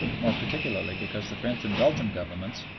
more particularly because the french and belgian governments,